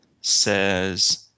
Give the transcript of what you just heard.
says